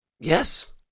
Yes